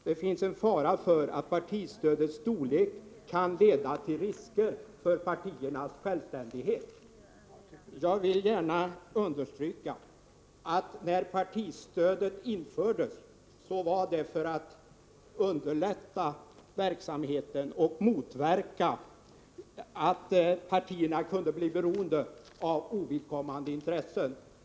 Det finns en fara för att partistödets storlek kan leda till risker för partiernas självständighet.” Jag vill gärna understryka att partistödet infördes för att underlätta verksamheten och motverka att partierna kunde bli beroende av ovidkommande intressen.